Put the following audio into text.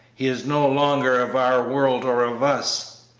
he is no longer of our world or of us.